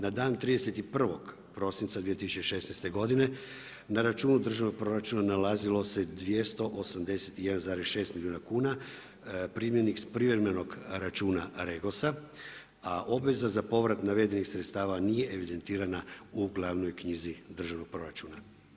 Na dan 31. prosinca 2016. godi na računu državnog proračuna nalazilo se 281, 6 milijuna kuna, primljenih s privremenog računa Regosa, a obveza za povrat navedenih sredstava nije evidentirana u glavnoj knjizi državnog proračuna.